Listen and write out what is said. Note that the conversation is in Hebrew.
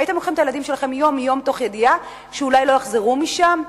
הייתם לוקחים את הילדים שלכם יום-יום תוך ידיעה שאולי לא יחזרו משם?